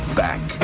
back